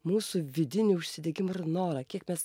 mūsų vidinį užsidegimą ir norą kiek mes